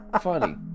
funny